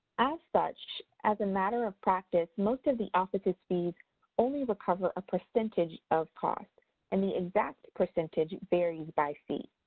as such, as a matter of practice most of the office's fees only recover a percentage of costs and the exact percentage varies by fee.